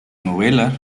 novelas